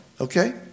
Okay